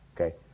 okay